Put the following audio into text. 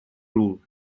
rule